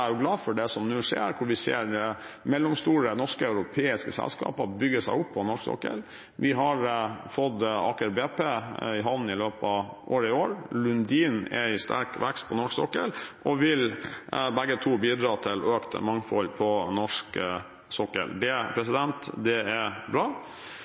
som nå skjer, hvor vi ser mellomstore norske og europeiske selskaper bygge seg opp på norsk sokkel. Vi har fått Aker BP i havn i løpet av i år, Lundin er i sterk vekst på norsk sokkel, og begge vil bidra til økt mangfold på norsk sokkel. Det er bra.